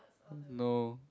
no